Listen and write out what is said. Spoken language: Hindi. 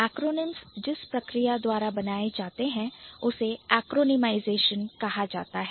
Acronyms जिस प्रक्रिया द्वारा बनाए जाते हैं उसे Acronymization कहा जाता है